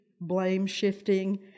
blame-shifting